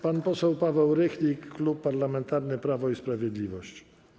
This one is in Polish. Pan poseł Paweł Rychlik, Klub Parlamentarny Prawo i Sprawiedliwość.